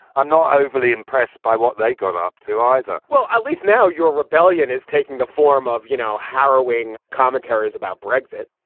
i'm not overly impressed by what they got up to either well, at least now your rebellion is taking the form of, you know, harrowing commentaries about brexit